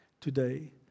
today